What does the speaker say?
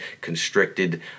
constricted